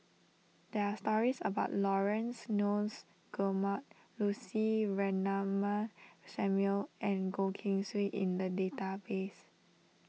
there are stories about Laurence Nunns Guillemard Lucy Ratnammah Samuel and Goh Keng Swee in the database